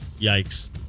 Yikes